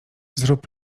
zrób